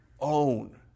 own